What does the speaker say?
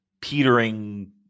petering